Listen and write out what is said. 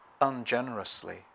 ungenerously